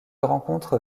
rencontre